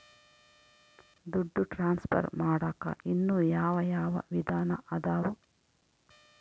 ದುಡ್ಡು ಟ್ರಾನ್ಸ್ಫರ್ ಮಾಡಾಕ ಇನ್ನೂ ಯಾವ ಯಾವ ವಿಧಾನ ಅದವು?